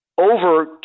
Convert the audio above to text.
over